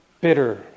Bitter